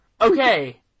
Okay